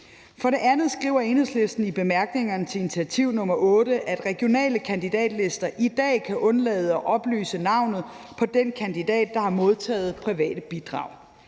For det andet skriver Enhedslisten i bemærkningerne til initiativ nr. 8, at regionale kandidatlister i dag kan undlade at oplyse navnet på den kandidat, som har modtaget private bidrag.